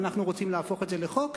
ואנחנו רוצים להפוך את זה לחוק,